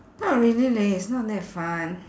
not really leh it's not that fun